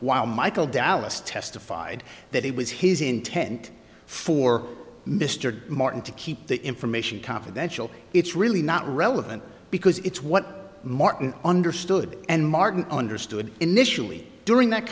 while michael dallas testified that it was his intent for mr martin to keep the information confidential it's really not relevant because it's what martin understood and martin understood initially during that